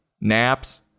naps